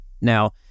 now